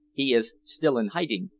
he is still in hiding,